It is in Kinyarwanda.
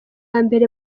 mbere